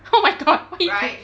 oh my god why you